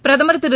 பிரதமா் திரு